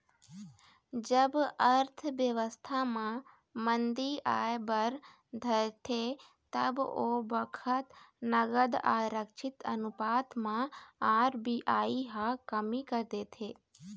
जब अर्थबेवस्था म मंदी आय बर धरथे तब ओ बखत नगद आरक्छित अनुपात म आर.बी.आई ह कमी कर देथे